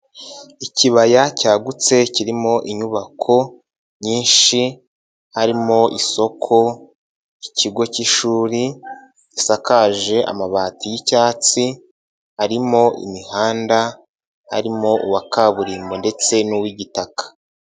Ikibaya cyagutse kirimo inyubako nyinshi harimo isoko, ikigo cy'ishuri gisakaje amabati y'icyatsi, harimo imihanda, harimo uwa kaburimbo ndetse n'uw'igitaka.